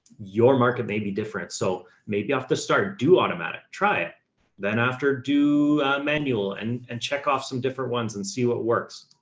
your market may be different. so maybe off the start do automatic, try it then after do a manual and and check off some different ones and see what works